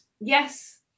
Yes